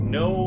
no